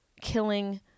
killing